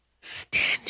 standing